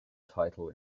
title